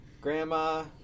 grandma